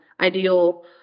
ideal